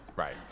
Right